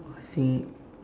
I think